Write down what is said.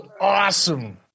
awesome